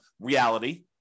reality